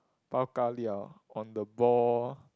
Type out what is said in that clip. bao ka liao on the ball